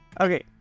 Okay